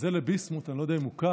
זה לביסמוט, אני לא יודע אם הוא כאן.